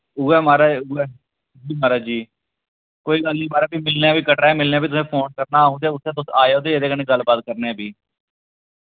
उ'यै महाराज उ'यै जी महाराज जी कोई गल्ल नि महाराज फ्ही मिलने आं फ्ही कटरै मिलने फ्ही तुसें फोन करना अ'ऊं ते उत्थै तुस आएओ ते एह्दे कन्नै गल्लबात करने फ्ही